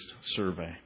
survey